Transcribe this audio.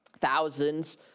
Thousands